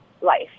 life